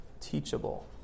Teachable